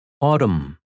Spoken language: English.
Autumn